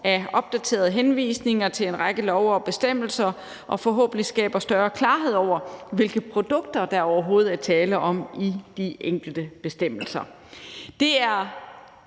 af opdaterede henvisninger til en række love og bestemmelser og skaber forhåbentlig større klarhed over, hvilke produkter der overhovedet er tale om i de enkelte bestemmelser.